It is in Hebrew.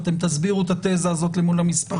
שהיום האסירים מובאים אליהם.